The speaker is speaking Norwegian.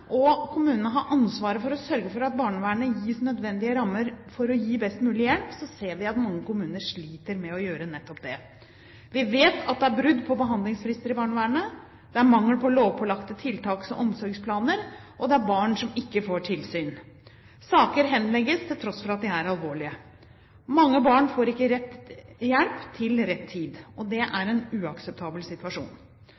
og kommunene har ansvaret for å sørge for at barnevernet gis nødvendige rammer for å gi best mulig hjelp, ser vi at mange kommuner sliter med å gjøre nettopp det. Vi vet at det er brudd på behandlingsfrister i barnevernet, det er mangel på lovpålagte tiltaks- og omsorgsplaner, og det er barn som ikke får tilsyn. Saker henlegges til tross for at de er alvorlige. Mange barn får ikke rett hjelp til rett tid, og det er